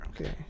Okay